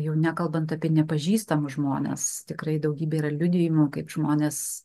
jau nekalbant apie nepažįstamus žmones tikrai daugybė yra liudijimų kaip žmonės